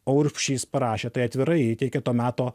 o urbšys parašė tai atvirai įteikė to meto